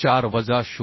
4 वजा 0